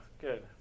good